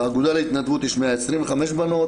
באגודה להתנדבות יש 125 בנות,